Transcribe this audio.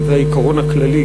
שזה העיקרון הכללי,